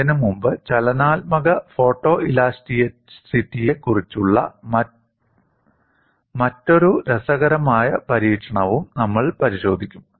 അതിനുമുമ്പ് ചലനാത്മക ഫോട്ടോഇലാസ്റ്റിറ്റിയെക്കുറിച്ചുള്ള മറ്റൊരു രസകരമായ പരീക്ഷണവും നമ്മൾ പരിശോധിക്കും